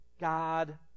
God